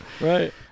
right